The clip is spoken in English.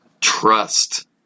trust